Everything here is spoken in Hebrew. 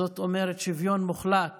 זאת אומרת שוויון מוחלט